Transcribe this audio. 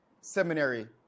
seminary